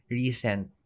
recent